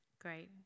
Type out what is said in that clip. Great